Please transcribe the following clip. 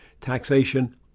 Taxation